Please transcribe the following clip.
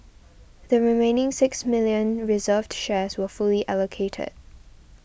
the remaining six million reserved shares were fully allocated